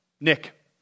Nick